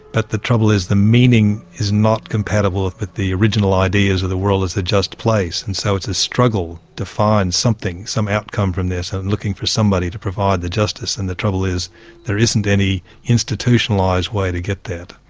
but the trouble is the meaning is not compatible with the original ideas of the world as a just place. and so it's a struggle to find something, some outcome from this and looking for somebody to provide the justice, and the trouble is there isn't any institutionalised way to get that.